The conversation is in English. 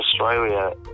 Australia